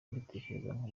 mbitekerezaho